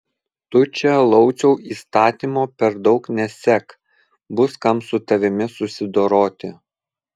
tu čia lauciau įstatymo per daug nesek bus kam su tavimi susidoroti